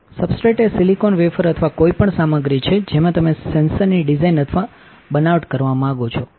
substrate એ silicon wafer અથવા કોઈપણ સામગ્રી છે જેમાં તમે સેન્સરની ડિઝાઇન અથવા બનાવટ કરવા માંગો છો